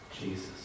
Jesus